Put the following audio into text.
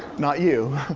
not you.